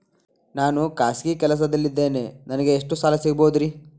ನಾನು ಖಾಸಗಿ ಕೆಲಸದಲ್ಲಿದ್ದೇನೆ ನನಗೆ ಎಷ್ಟು ಸಾಲ ಸಿಗಬಹುದ್ರಿ?